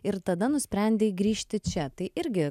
ir tada nusprendei grįžti čia tai irgi